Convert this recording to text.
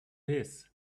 his